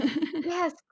Yes